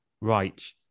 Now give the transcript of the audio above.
Right